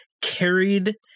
carried